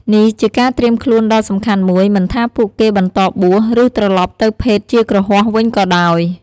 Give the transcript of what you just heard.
នេះជាការត្រៀមខ្លួនដ៏សំខាន់មួយ មិនថាពួកគេបន្តបួស ឬត្រឡប់ទៅភេទជាគ្រហស្ថវិញក៏ដោយ។